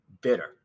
bitter